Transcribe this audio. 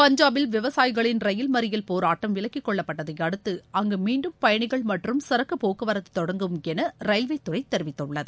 பஞ்சாபில் விவசாயிகளின் ரயில் மறியல் போராட்டம் விலக்கிக் கொள்ளப்பட்டதையடுத்து அங்கு மீண்டும் பயணிகள் மற்றும் சரக்கு போக்குவரத்து தொடங்கும் என ரயில்வேதுறை தெரிவித்துள்ளது